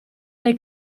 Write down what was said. dai